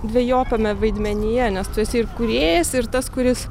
dvejopame vaidmenyje nes tu esi ir kūrėjas ir tas kuris